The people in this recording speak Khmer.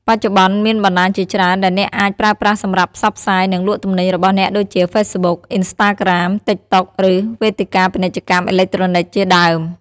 បច្ចុប្បន្ន មានបណ្តាញជាច្រើនដែលអ្នកអាចប្រើប្រាស់សម្រាប់ផ្សព្វផ្សាយ និងលក់ទំនិញរបស់អ្នកដូចជា ហ្វេសប៊ុក, អ៊ីនស្តាក្រាម, ទីកតុក ឬវេទិកាពាណិជ្ជកម្មអេឡិចត្រូនិចជាដើម។